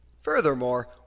Furthermore